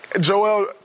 Joel